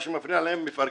מה שמפריע להם מפרקים,